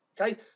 okay